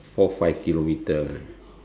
four five kilometer